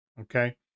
Okay